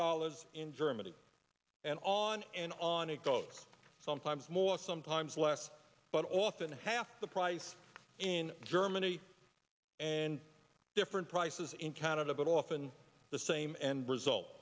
dollars in germany and on and on it goes sometimes more sometimes less but often half the price in germany and different prices in canada but often the same end result